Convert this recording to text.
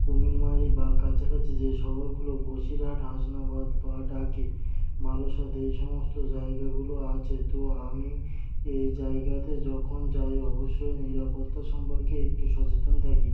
কুমিরমারী বা কাছাকাছি যে শহরগুলো বসিরহাট হাসনাবাদ বা টাকি বারাসাত এই সমস্ত জায়গাগুলো আছে তো আমি এই জায়গাতে যখন যাই অবশ্যই নিরাপত্তা সম্পর্কে একটু সচেতন থাকি